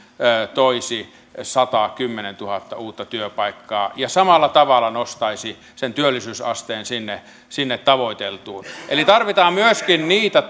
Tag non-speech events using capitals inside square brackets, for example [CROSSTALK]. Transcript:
toisi satakymmentätuhatta uutta työpaikkaa ja samalla tavalla nostaisi sen työllisyysasteen sinne sinne tavoiteltuun eli tarvitaan myöskin niitä [UNINTELLIGIBLE]